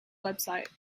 website